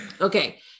Okay